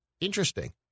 interesting